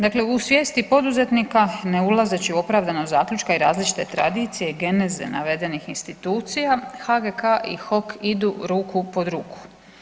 Dakle u svijesti poduzetnika ne ulazeći u opravdanost zaključka i različite tradicije i geneze navedenih institucija HGK i HOK idu ruku pod ruku.